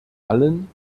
allen